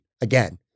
again